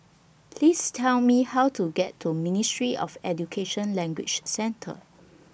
Please Tell Me How to get to Ministry of Education Language Centre